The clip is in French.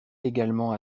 également